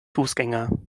fußgänger